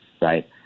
right